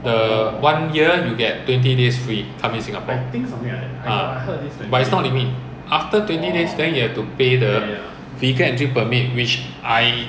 ya so the circuit breaker thing a lot of them stuck here mah so the government say waive lah don't need to pay